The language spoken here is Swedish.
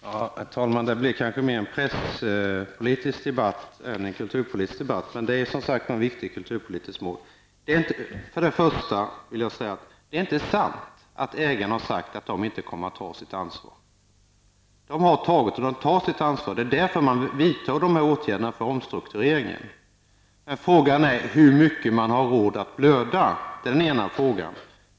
Herr talman! Detta blir kanske mer en presspolitisk debatt än en kulturpolitisk debatt, men det är ett viktigt kulturpolitiskt mål. Det är inte sant att ägarna har sagt att de inte kommer att ta sitt ansvar. De har tagit och de tar sitt ansvar. Det är därför man vidtar dessa åtgärder för omstrukturering. Frågan är hur mycket man har råd att blöda. Det är den ena frågan.